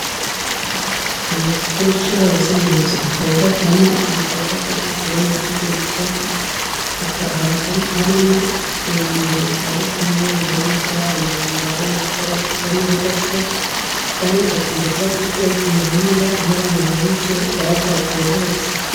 Amazu y'ubucuruzi ni amazu akorerwamo ibikorwa byo kugura no kugurisha, harimo ibintu bitandukanye: ibiribwa, imyambaro,i bikoreshasho byo mu rugo se, kandi akunze kuba yegereye ku muhanda aho abantu benshi bagera byihuse.